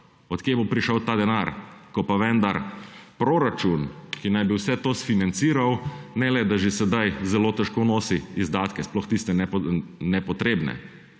Od kod bo prišel ta denar, ko pa vendar proračun, ki naj bi vse to sfinanciral, ne le, da že sedaj zelo težko nosi izdatke, sploh tiste nepotrebne,